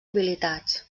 habilitats